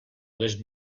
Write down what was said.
les